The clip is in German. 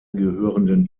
gehörenden